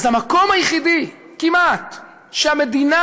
אז המקום היחיד כמעט שהמדינה,